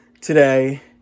today